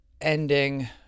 ending